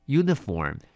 uniform